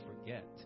forget